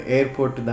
Airport